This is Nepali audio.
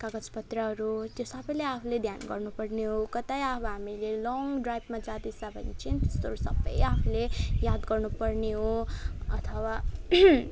कागज पत्रहरू त्यो सबैले आफूले ध्यान गर्नुपर्ने हो कतै अब हामीले लङ ड्राइभमा जाँदैछ भने चाहिँ त्यस्तोहरू सबै आफूले याद गर्नुपर्ने हो अथवा